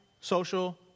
social